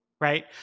Right